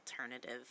alternative